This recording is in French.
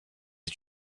est